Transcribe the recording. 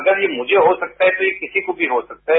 अगर ये मुझे हो सकता है तो किसी को भी हो सकता है